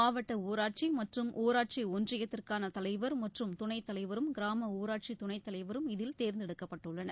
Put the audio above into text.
மாவட்ட ஊராட்சி மற்றும் ஊராட்சி ஒன்றியத்திற்கான தலைவர் மற்றும் துணைத்தலைவரும் கிராம ஊராட்சி துணைத்தலைவரும் இதில் தேர்ந்தெடுக்கப்பட்டுள்ளனர்